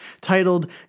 Titled